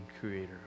creator